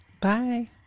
Bye